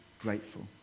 grateful